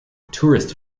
tourist